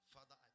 Father